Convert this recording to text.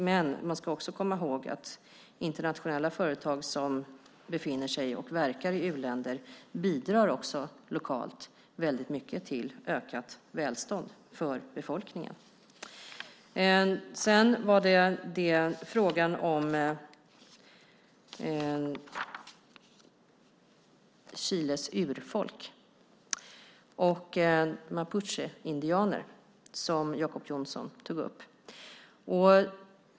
Men man ska också komma ihåg att internationella företag som befinner sig och verkar i u-länder bidrar väldigt mycket lokalt till ökat välstånd för befolkningen. Sedan var det frågan om Chiles urfolk, mapucheindianer, som Jacob Johnson tog upp.